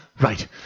Right